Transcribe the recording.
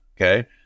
Okay